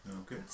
Okay